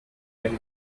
with